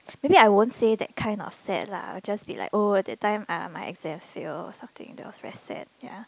maybe I won't say that kind of sad lah I'll just be like oh that time my exams fail or something that was very sad ya